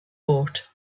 bought